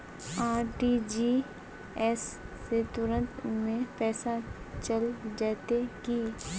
RTGS से तुरंत में पैसा चल जयते की?